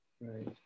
Right